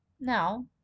now